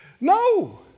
no